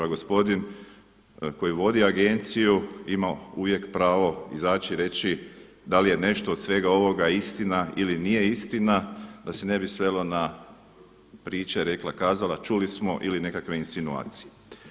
A gospodin koji vodi agenciju ima uvijek pravo izaći i reći da li je nešto od svega ovoga istina ili nije istina, da se ne bi svelo na priče rekla kazala, čuli smo ili nekakve insinuacije.